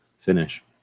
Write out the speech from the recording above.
finish